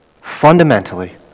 fundamentally